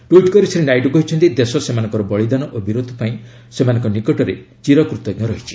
tweet କରି ଶ୍ରୀ ନାଇଡୁ କହିଛନ୍ତି ଦେଶ ସେମାନଙ୍କର ବଳିଦାନ ଓ ବୀରତ୍ୱ ପାଇଁ ସେମାନଙ୍କ ନିକଟରେ ଚିରକୃତଜ୍ଞ ରହିବ